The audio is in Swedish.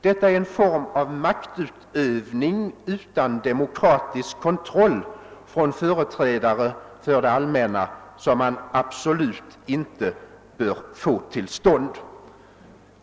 Detta är en form av maktutövning utan demokratisk kontroll från företrädare för det allmänna som man absolut inte bör få till stånd.